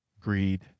greed